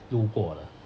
路过的